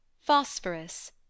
Phosphorus